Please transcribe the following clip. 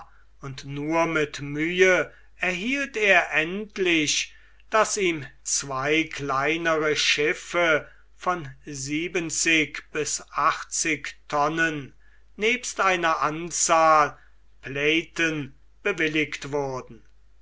und nur mit mühe erhielt er endlich daß ihm zwei kleinere schiffe von siebenzig bis achtzig tonnen nebst einer anzahl playten bewilligt wurden